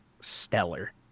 stellar